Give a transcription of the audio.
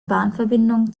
bahnverbindung